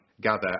gather